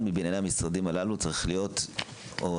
מבנייני המשרדים הללו צריך להיות מלון,